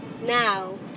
now